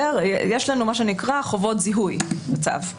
יש לנו מה שנקרא חובות זיהוי בצו,